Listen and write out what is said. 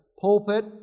pulpit